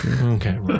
Okay